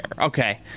okay